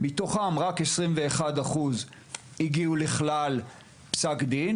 מתוכם רק 21% הגיעו לפסק דין,